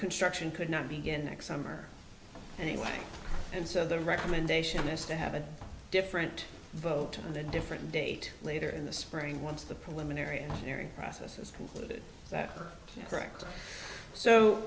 construction could not begin next summer anyway and so the recommendation is to have a different vote on a different date later in the spring once the preliminary hearing process is concluded that correct so